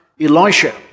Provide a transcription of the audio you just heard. Elisha